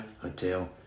Hotel